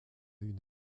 une